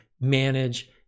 manage